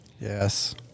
Yes